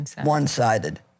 one-sided